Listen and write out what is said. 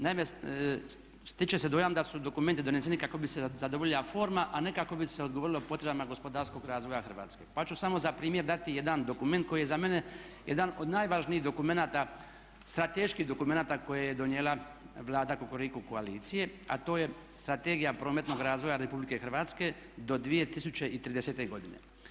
Naime, stiče se dojam da su dokumenti doneseni kako bi se zadovoljila forma, a ne kako bi se odgovorilo potrebama gospodarskog razvoja Hrvatske, pa ću samo za primjer dati jedan dokument koji je za mene jedan od najvažnijih dokumenata strateških dokumenata koje je donijela Vlada Kukuriku koalicije, a to je Strategija prometnog razvoja Republike Hrvatske do 2030. godine.